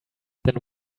then